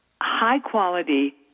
high-quality